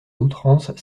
outrance